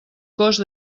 cost